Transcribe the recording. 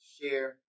share